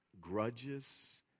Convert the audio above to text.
grudges